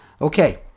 Okay